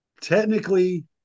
Technically